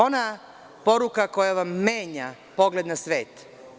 Ona poruka koja vam menja pogled na svet.